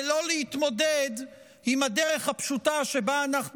ולא להתמודד עם הדרך הפשוטה שבה אנחנו